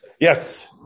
Yes